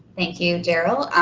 thank you, gerald.